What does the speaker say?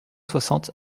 soixante